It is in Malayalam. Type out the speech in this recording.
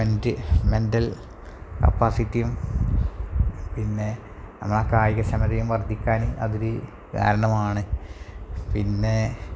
മെൻ്റല് കപ്പാസിറ്റിയും പിന്നെ നമ്മളെ കായിക ക്ഷമതയും വർധിക്കാന് അതൊരു കാരണമാണ് പിന്നെ